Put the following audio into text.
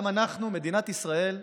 גם אנחנו, מדינת ישראל,